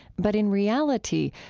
but in reality,